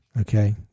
okay